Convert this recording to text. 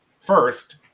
first